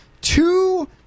two